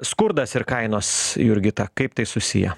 skurdas ir kainos jurgita kaip tai susiję